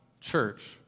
church